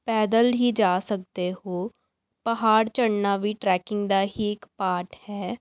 ਪੈਦਲ ਹੀ ਜਾ ਸਕਦੇ ਹੋ ਪਹਾੜ ਚੜ੍ਹਨਾ ਵੀ ਟਰੈਕਿੰਗ ਦਾ ਹੀ ਇੱਕ ਪਾਰਟ ਹੈ